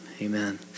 amen